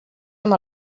amb